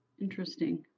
Interesting